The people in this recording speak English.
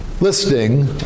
listing